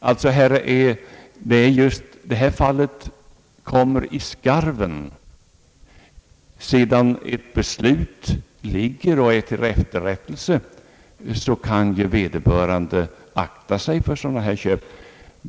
Detta fall inträffade just i skarven. Sedan ett beslut fattats och skall lända till efterrättelse, kan ju vederbörande akta sig för sådana här köp.